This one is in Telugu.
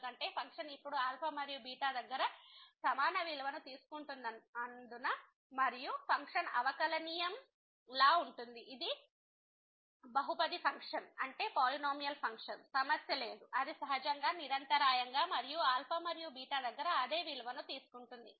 ఎందుకంటే ఫంక్షన్ ఇప్పుడు మరియు దగ్గర సమాన విలువను తీసుకుంటున్నందున మరియు ఫంక్షన్ అవకలనియమం differentiable డిఫరెన్షియబల్ లా ఉంటుంది ఇది బహుపది ఫంక్షన్ సమస్య లేదు అది సహజంగా నిరంతరాయంగా మరియు మరియు దగ్గర అదే విలువను తీసుకుంటుంది